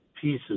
pieces